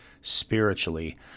spiritually